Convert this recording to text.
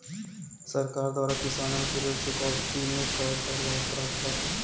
सरकार द्वारा किसानन के ऋण चुकौती में का का लाभ प्राप्त बाटे?